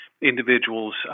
individuals